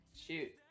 shoot